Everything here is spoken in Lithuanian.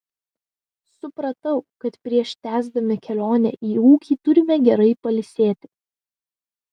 supratau kad prieš tęsdami kelionę į ūkį turime gerai pailsėti